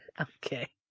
okay